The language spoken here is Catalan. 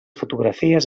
fotografies